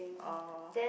oh